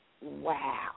wow